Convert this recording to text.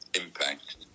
impact